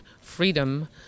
freedom